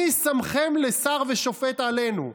מי שמכם לשר ושופט עלינו?